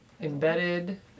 Embedded